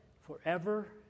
forever